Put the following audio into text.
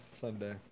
Sunday